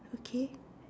okay